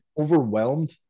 overwhelmed